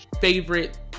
favorite